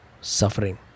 suffering